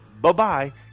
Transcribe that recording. Bye-bye